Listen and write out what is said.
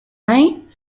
may